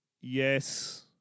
yes